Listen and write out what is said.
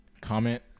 comment